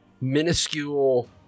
minuscule